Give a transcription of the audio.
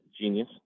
genius